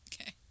Okay